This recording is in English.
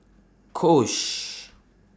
Kose